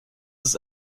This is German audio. ist